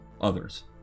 others